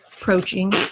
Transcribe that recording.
approaching